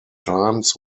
times